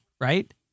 right